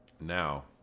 Now